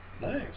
Nice